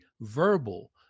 verbal